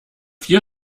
vier